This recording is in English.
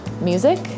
music